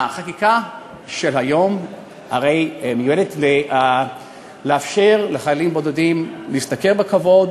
החקיקה של היום מיועדת לאפשר לחיילים בודדים להשתכר בכבוד.